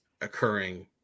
occurring